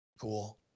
Cool